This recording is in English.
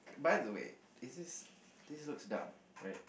by the way is this this looks dumb right